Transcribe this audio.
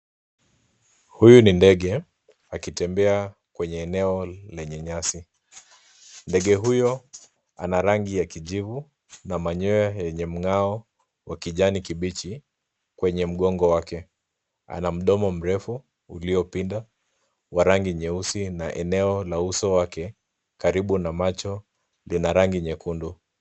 Huyu ni ndege akitembea kwenye eneo lenye nyasi. Ndege huyo ana rangi ya kijivu na manyoya yenye mngao wa kijani kibichi kwenye mgongo wake. Ana mdomo mrefu uliopinda wa rangi nyeusi na eneo la uso wake karibu na macho lina rangi nyekundu.